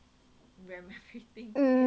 mm